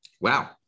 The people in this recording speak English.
wow